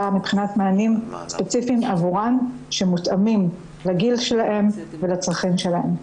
מבחינת מענים ספציפיים עבורן שמותאמים לגיל שלהן ולצרכים שלהן.